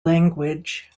language